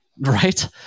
Right